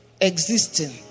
existing